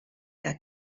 que